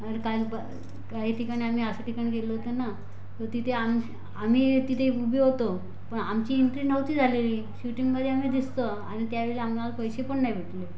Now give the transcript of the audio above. आणि काही प काही ठिकाणी आम्ही अशा ठिकाणी गेलो होतो ना तर तिथे आम्ही आम्ही तिथे उभे होतो पण आमची एन्ट्री नव्हती झालेली शूटिंगमध्ये आम्ही दिसतो आणि त्यावेळेला आम्हाला पैसे पण नाही भेटले